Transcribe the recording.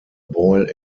boyle